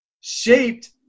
shaped